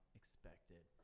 expected